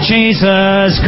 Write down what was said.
Jesus